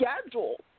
schedule